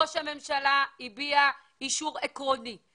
ראש הממשלה הביע אישור עקרוני.